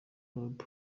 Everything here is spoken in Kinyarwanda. club